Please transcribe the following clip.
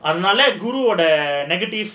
அதுனால குருவோட:adhunaala guruvoda negative